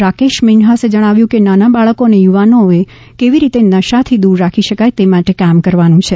રાકેશ મિન્હાસે જણાવ્યુ કે નાના બાળકો અને યુવાઓને કેવી રીતે નશાથી દુર રાખી શકાયે છે તે માટે કામ કરવાનુ છે